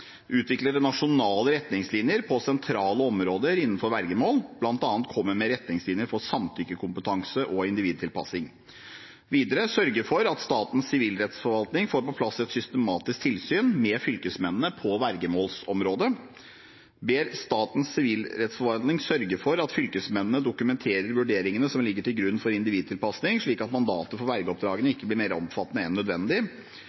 utvikler nasjonale retningslinjer på sentrale områder innenfor vergemål, bl.a. kommer med retningslinjer for samtykkekompetanse og individtilpassing sørge for at Statens sivilrettsforvaltning får på plass et systematisk tilsyn med fylkesmennene på vergemålsområdet be Statens sivilrettsforvaltning sørge for at fylkesmennene dokumenterer vurderingene som ligger til grunn for individtilpassing, slik at mandatet for vergeoppdragene